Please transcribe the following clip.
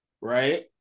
right